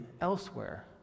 elsewhere